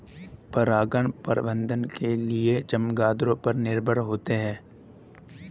परागण प्रबंधन के लिए चमगादड़ों पर निर्भर होते है